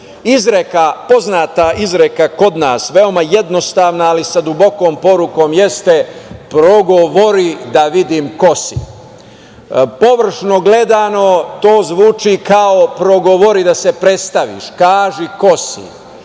jezik. Poznata izreka kod nas, veoma jednostavna, ali sa dubokom porukom jeste – progovori da vidim ko si. Površno gledano, to zvuči kao progovori da se predstaviš, kaži ko si.